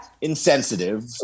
insensitive